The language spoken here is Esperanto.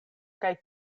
kaj